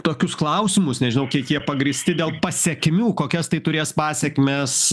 tokius klausimus nežinau kiek jie pagrįsti dėl pasekmių kokias tai turės pasekmes